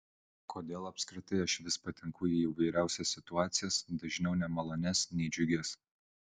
kodėl apskritai aš vis patenku į įvairiausias situacijas dažniau nemalonias nei džiugias